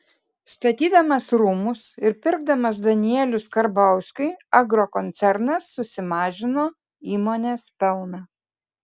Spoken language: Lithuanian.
statydamas rūmus ir pirkdamas danielius karbauskiui agrokoncernas susimažino įmonės pelną